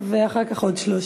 ואחר כך עוד שלושה.